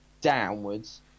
downwards